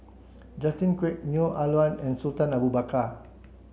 Justin Quek Neo Ah Luan and Sultan Abu Bakar